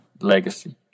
legacy